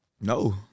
No